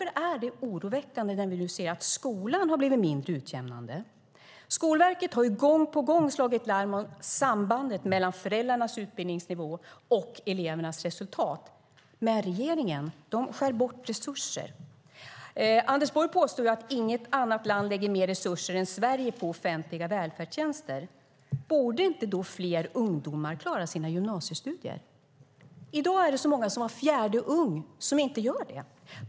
Därför är det oroväckande när vi nu ser att skolan har blivit mindre utjämnande. Skolverket har gång på gång slagit larm om sambandet mellan föräldrarnas utbildningsnivå och elevernas resultat, men regeringen skär bort resurser. Anders Borg påstår att inget annat land lägger mer resurser än Sverige på offentliga välfärdstjänster. Borde då inte fler ungdomar klara sina gymnasiestudier? I dag är det så många som var fjärde ung som inte gör det.